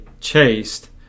chased